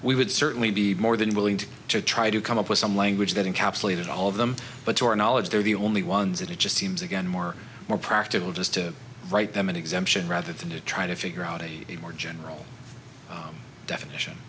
we would certainly be more than willing to try to come up with some language that encapsulated all of them but to our knowledge they're the only ones that it just seems again more more practical just to write them an exemption rather than to try to figure out a more general definition